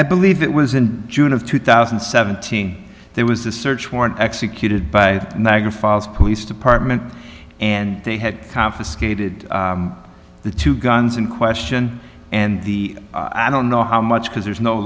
i believe it was in june of two thousand and seventeen there was a search warrant executed by niagara falls police department and they had confiscated the two guns in question and the i don't know how much because there's no